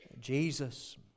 Jesus